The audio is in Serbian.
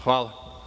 Hvala.